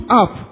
up